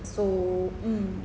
so mm